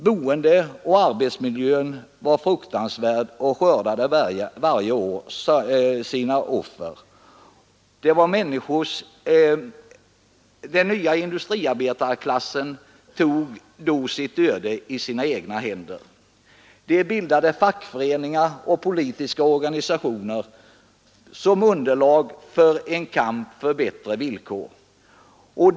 Boendeoch arbetsmiljön var fruktansvärd och skördade varje år sina offer. Den nya industriarbetarklassen tog då sitt öde i egna händer. Man bildade fackföreningar och politiska organisationer som underlag för en kamp för bättre villkor.